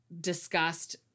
discussed